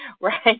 right